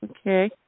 okay